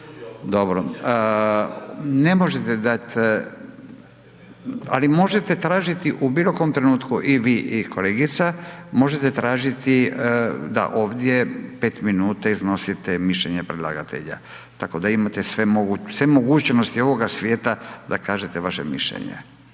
se./… Ne možete dat ali možete tražiti u bilokom trenutku i vi i kolegica, možete tražiti da ovdje 5 min iznosite mišljenje predlagatelja tako da imate sve mogućnosti ovoga svijeta da kažete vaše mišljenje.